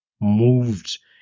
moved